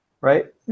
right